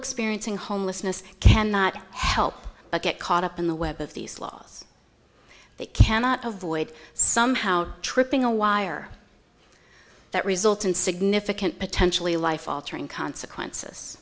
experiencing homelessness cannot help but get caught up in the web of these laws they cannot avoid somehow tripping a wire that result in significant potentially life altering consequences